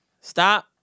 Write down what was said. Stop